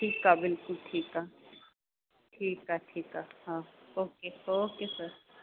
ठीकु आहे बिल्कुलु ठीकु आहे ठीकु आहे ठीकु आहे हा okay okay sir